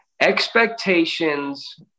Expectations